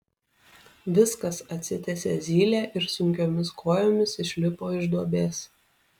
viskas atsitiesė zylė ir sunkiomis kojomis išlipo iš duobės